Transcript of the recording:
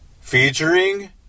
Featuring